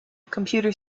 computer